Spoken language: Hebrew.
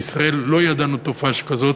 בישראל לא ידענו תופעה שכזאת.